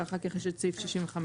ואחר כך יש את סעיף 65(א).